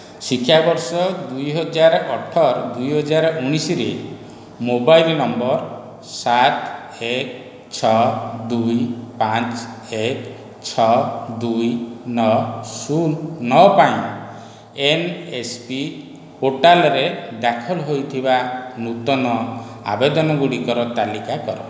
ଶିକ୍ଷାବର୍ଷ ଦୁଇହଜାର ଅଠର ଦୁଇହଜାର ଉଣେଇଶିରେ ମୋବାଇଲ୍ ନମ୍ବର୍ ସାତ ଏକ ଛଅ ଦୁଇ ପାଞ୍ଚ ଏକ ଛଅ ଦୁଇ ନଅ ଶୂନ ନଅ ପାଇଁ ଏନ୍ ଏସ୍ ପି ପୋର୍ଟାଲରେ ଦାଖଲ ହୋଇଥିବା ନୂତନ ଆବେଦନ ଗୁଡ଼ିକର ତାଲିକା କର